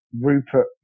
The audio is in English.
Rupert